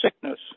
sickness